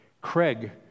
Craig